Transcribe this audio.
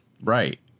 right